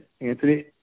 Anthony